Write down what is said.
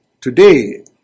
Today